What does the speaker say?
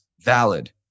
valid